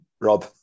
Rob